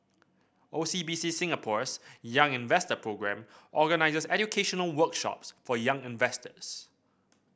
O C B C Singapore's Young Investor Programme organizes educational workshops for young investors